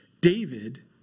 David